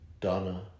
Donna